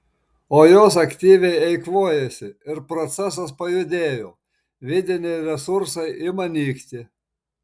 o jos aktyviai eikvojasi ir procesas pajudėjo vidiniai resursai ima nykti